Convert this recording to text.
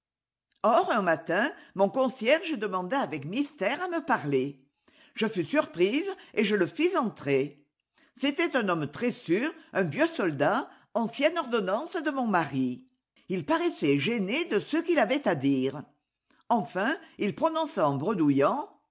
or un matin mon concierge demanda avec mystère à me parler je fus surprise et je le fis entrer c'était un homme très sûr un vieux soldat ancienne ordonnance de mon mari ii paraissait gêné de ce qu'il avait à dire enfin il prononça en bredouillant